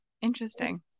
Interesting